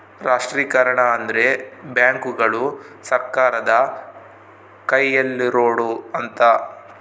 ರಾಷ್ಟ್ರೀಕರಣ ಅಂದ್ರೆ ಬ್ಯಾಂಕುಗಳು ಸರ್ಕಾರದ ಕೈಯಲ್ಲಿರೋಡು ಅಂತ